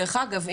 דרך אגב,